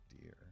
dear